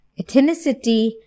ethnicity